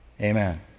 Amen